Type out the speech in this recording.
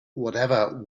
whatever